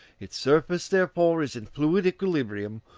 its surface therefore is in fluid equilibrium,